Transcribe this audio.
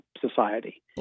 society